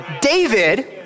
David